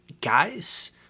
guys